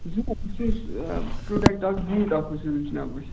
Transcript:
یہِ چھُ پرٛوڈَکٹ اکھ